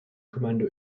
kommando